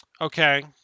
Okay